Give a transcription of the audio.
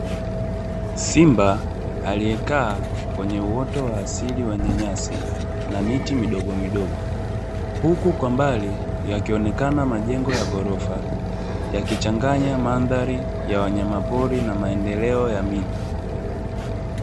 Simba aliyekaa kwenye uoto wa asili wenye nyasi na miti midogomidogo. Huku kwa mbali yakionekana majengo ya gorofa, yakichanganya mandhari ya wanyama pori na maendeleo ya miji.